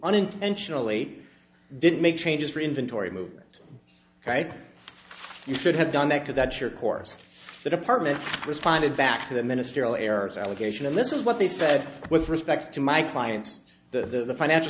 unintentionally didn't make changes for inventory movements you should have done that because that's your course the department responded back to the ministerial errors allegation and this is what they said with respect to my clients the financial